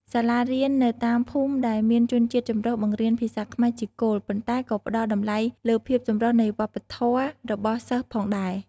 សាលារៀននៅតាមភូមិដែលមានជនជាតិចម្រុះបង្រៀនភាសាខ្មែរជាគោល ប៉ុន្តែក៏ផ្ដល់តម្លៃលើភាពចម្រុះនៃវប្បធម៌របស់សិស្សផងដែរ។